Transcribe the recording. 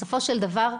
בסופו של דבר,